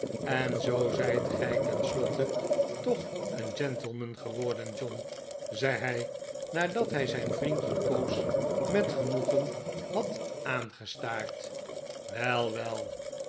en zoo zijt gij tenslotte toch een gentleman geworden john zei hij nadat hij zijn vriend een poos met genoegen had aangestaard wel wel